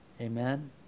Amen